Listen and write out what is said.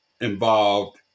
involved